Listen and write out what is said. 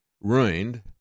ruined